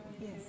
Yes